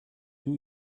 two